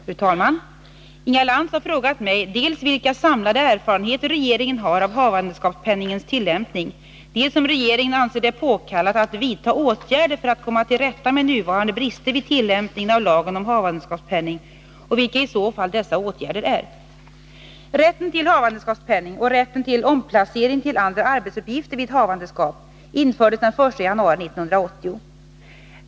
Fru talman! Inga Lantz har frågat mig dels vilka samlade erfarenheter regeringen har av havandeskapspenningens tillämpning, dels om regeringen anser det påkallat att vidta åtgärder för att komma till rätta med nuvarande brister vid tillämpningen av lagen om havandeskapspenning och vilka i så fall dessa åtgärder är. Rätten till havandeskapspenning och rätten till omplacering till andra arbetsuppgifter vid havandeskap infördes den 1 januari 1980.